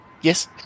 Yes